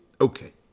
Okay